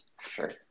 sure